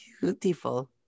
beautiful